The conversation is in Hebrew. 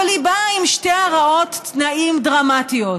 אבל היא באה עם שתי הרעות תנאים דרמטיות: